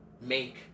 make